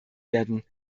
werden